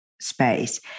space